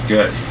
Good